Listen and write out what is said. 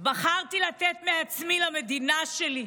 בחרתי לתת מעצמי למדינה שלי,